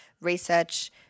research